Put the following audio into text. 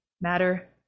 matter